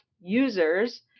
users